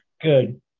good